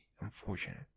unfortunate